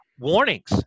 Warnings